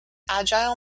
agile